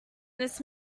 this